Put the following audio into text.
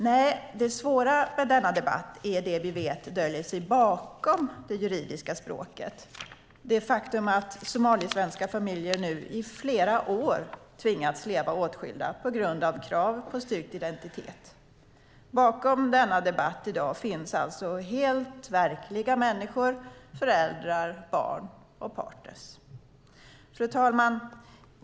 Nej, det svåra i denna debatt är det vi vet döljer sig bakom det juridiska språket, det faktum att somalisk-svenska familjer nu i flera år tvingats leva åtskilda på grund av krav på styrkt identitet. Bakom denna debatt i dag finns alltså helt verkliga människor, föräldrar, barn och partner. Fru talman!